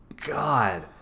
God